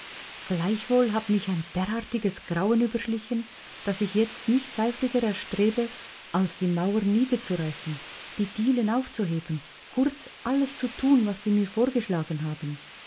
gleichwohl hat mich ein derartiges grauen überschlichen daß ich jetzt nichts eifriger erstrebe als die mauern niederzureißen die dielen aufzuheben kurz alles zu tun was sie mir vorgeschlagen haben